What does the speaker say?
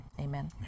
Amen